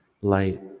light